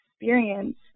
experience